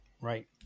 right